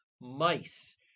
mice